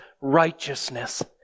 righteousness